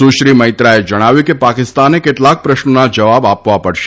સુશ્રી મૈત્રાએ જણાવ્યું હતું કે પાકિસ્તાને કેટલાક પ્રશ્નોના જવાબો આપવા પડશે